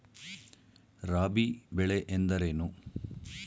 ರಾಬಿ ಬೆಳೆ ಎಂದರೇನು?